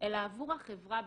אלא עבור החברה בכלל.